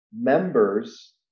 members